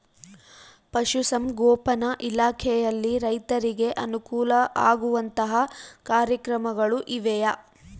ಪಶುಸಂಗೋಪನಾ ಇಲಾಖೆಯಲ್ಲಿ ರೈತರಿಗೆ ಅನುಕೂಲ ಆಗುವಂತಹ ಕಾರ್ಯಕ್ರಮಗಳು ಇವೆಯಾ?